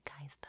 guys